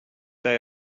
they